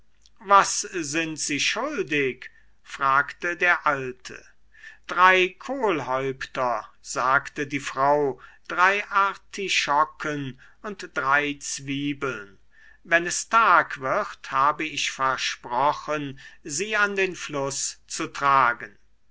was sind sie schuldig fragte der alte drei kohlhäupter sagte die frau drei artischocken und drei zwiebeln wenn es tag wird habe ich versprochen sie an den fluß zu tragen